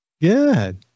Good